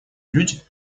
люди